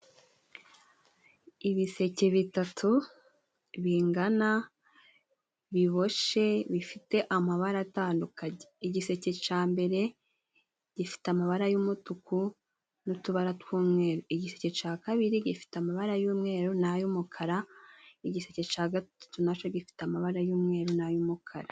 Ibiseke bitatu bingana, biboshe bifite amabara atandukanye. Igiseke ca mbere gifite amabara y'umutuku n'utubara tw'umweru. Igiseke ca kabiri gifite amabara y'umweru n'ay'umukara. Igiseke ca gatatu naco gifite amabara y'umweru n'ay'umukara.